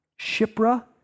Shipra